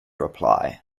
reply